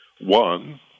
One